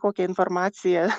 kokia informacija